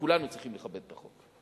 שכולנו צריכים לכבד את החוק.